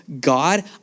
God